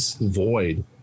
void